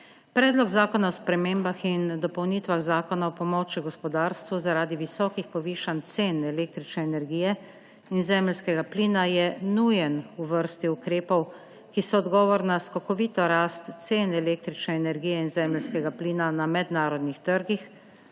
Predlog zakona o spremembah in dopolnitvah Zakona o pomoči gospodarstvu zaradi visokih povišanj cen električne energije in zemeljskega plina je nujen v vrsti ukrepov, ki so odgovor na skokovito rast cen električne energije in zemeljskega plina na mednarodnih trgih,